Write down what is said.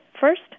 first